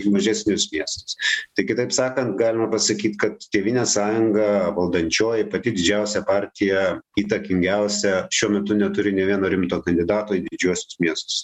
mažesnius miestus tai kitaip sakant galima pasakyt kad tėvynės sąjunga valdančioji pati didžiausia partija įtakingiausia šiuo metu neturi nė vieno rimto kandidato į didžiuosius miestus